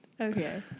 Okay